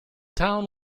town